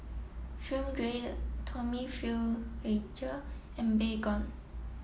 Film Grade Tommy and Baygon